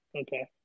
Okay